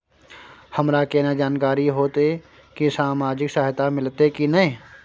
हमरा केना जानकारी होते की सामाजिक सहायता मिलते की नय?